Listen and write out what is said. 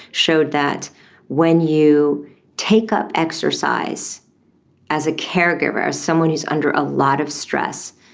showed that when you take up exercise as a caregiver, as someone who is under a lot of stress,